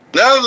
no